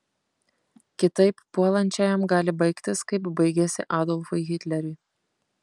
kitaip puolančiajam gali baigtis kaip baigėsi adolfui hitleriui